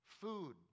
food